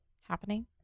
happening